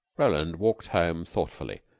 roland walked home thoughtfully.